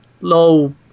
low